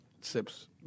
Sips